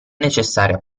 necessario